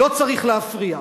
לא צריך להפריע.